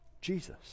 Jesus